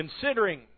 considering